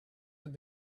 have